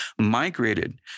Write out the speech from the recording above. migrated